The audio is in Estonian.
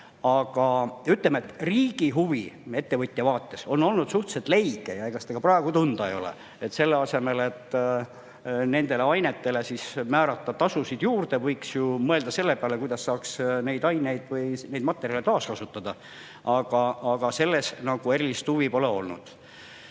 Aga riigi huvi ettevõtja vaates on olnud suhteliselt leige ja ega seda ka praegu tunda ei ole. Selle asemel, et nendele ainetele määrata tasusid juurde, võiks ju mõelda selle peale, kuidas saaks neid aineid või materjale taaskasutada. Aga selle vastu nagu erilist huvi pole olnud.